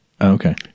Okay